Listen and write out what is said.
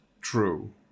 true